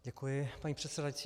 Děkuji, paní předsedající.